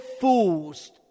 fools